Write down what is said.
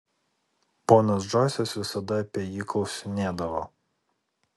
ponas džoisas visada apie jį klausinėdavo